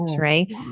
right